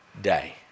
day